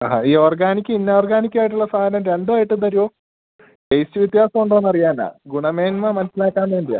ആഹ ഈ ഓർഗാനിക്കും ഇനോർഗാനിക്കുമായിട്ടുള്ള സാധനം രണ്ടുമായിട്ടും തരുമോ ടേസ്റ്റ് വ്യത്യാസം ഉണ്ടോന്ന് അറിയാനാണ് ഗുണമേന്മ മനസ്സിലാക്കാൻ വേണ്ടിയാണ്